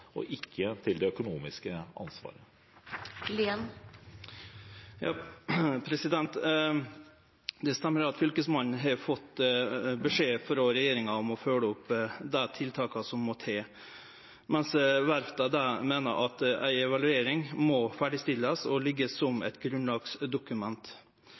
og ikke til det økonomiske ansvaret. Det stemmer at Fylkesmannen har fått beskjed frå regjeringa om å følgje opp dei tiltaka som må til, mens verfta meiner at ei evaluering må ferdigstillast og liggje som